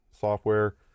software